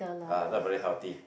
ah not very healthy